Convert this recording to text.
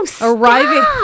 arriving